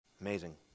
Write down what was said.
amazing